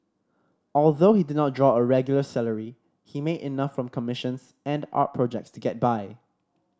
although he did not draw a regular salary he made enough from commissions and art projects to get by